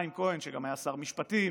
שגם היה שר משפטים,